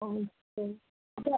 okay അപ്പോൾ